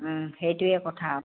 সেইটোৱে কথা